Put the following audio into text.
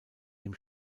dem